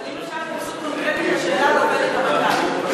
אבל אם אפשר התייחסות קונקרטית לשאלת עובדת הרט"ג.